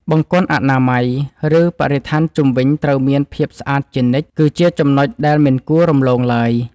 បង្គន់អនាម័យ ឬ បរិស្ថានជុំវិញត្រូវមានភាពស្អាតជានិច្ចគឺជាចំណុចដែលមិនគួររំលងឡើយ។